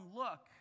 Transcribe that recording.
look